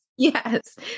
Yes